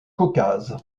caucase